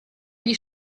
gli